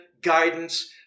guidance